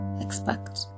expect